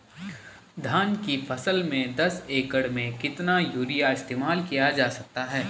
धान की फसल में दस एकड़ में कितना यूरिया इस्तेमाल किया जा सकता है?